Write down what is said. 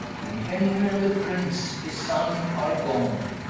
king henry, and the prince his son are gone,